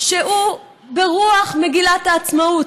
שהוא ברוח מגילת העצמאות.